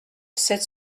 sept